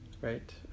right